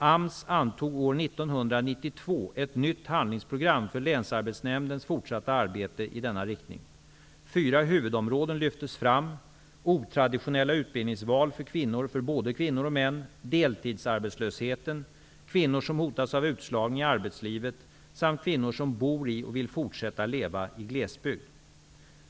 AMS antog år 1992 ett nytt handlingsprogram för länsarbetsnämndernas fortsatta arbete i denna riktning. Fyra huvudområden lyftes fram: otraditionella utbildningsval för både kvinnor och män, deltidsarbetslösheten, kvinnor som hotas av utslagning i arbetslivet samt kvinnor som bor i och vill fortsätta leva i glesbygd.